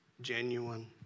genuine